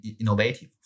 innovative